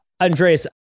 Andreas